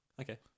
okay